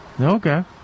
Okay